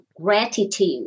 gratitude